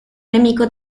nemico